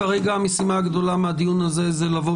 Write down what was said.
כרגע המשימה הגדולה מהדיון הזה זה לבוא